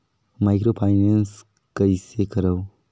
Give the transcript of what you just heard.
Microfinance कइसे करव?